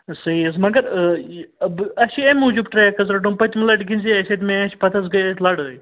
صحیح حظ مگر یہِ بہٕ اَسہِ چھُ اَمہِ موٗجوٗب ٹرٛیٚک حظ رَٹُن پٔتمہِ لٹہِ گِنٛزے اَسہِ اَتہِ میچ پتہٕ حظ گیے اَتہِ لڑٲے